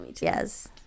yes